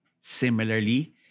Similarly